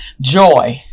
joy